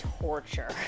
torture